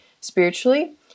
spiritually